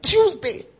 Tuesday